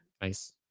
Nice